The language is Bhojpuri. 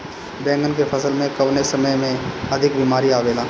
बैगन के फसल में कवने समय में अधिक बीमारी आवेला?